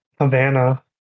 Havana